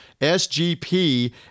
SGP